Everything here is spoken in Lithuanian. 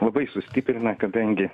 labai sustiprina kadangi